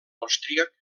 austríac